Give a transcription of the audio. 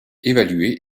évalués